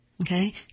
Okay